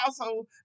household